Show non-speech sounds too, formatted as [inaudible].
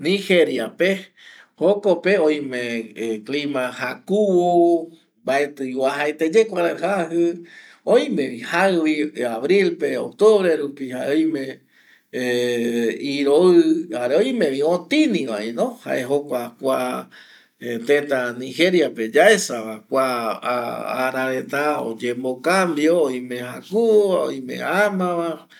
Nigeriape jokope oime clima jakuvova mbaetivi oajaeteye kuarai jaji oimevi jaivi arilpe, octubre rupi jare oime [hesitation] iroi jare oimeotinivavino jae jokua kua nigeria tétape yaesava kua ara reta oyembocambio oime jakuvova, oime amava